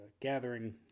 gathering